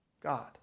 God